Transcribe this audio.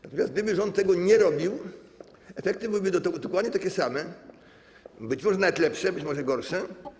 Natomiast gdyby rząd tego nie robił, efekty byłyby dokładnie takie same, a być może nawet lepsze, być może gorsze.